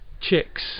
chicks